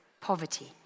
poverty